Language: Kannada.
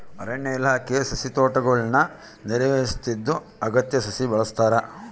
ಅರಣ್ಯ ಇಲಾಖೆ ಸಸಿತೋಟಗುಳ್ನ ನಿರ್ವಹಿಸುತ್ತಿದ್ದು ಅಗತ್ಯ ಸಸಿ ಬೆಳೆಸ್ತಾರ